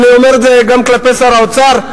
ואני אומר את זה גם כלפי שר האוצר,